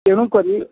ତେଣୁକରି